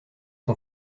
son